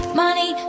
money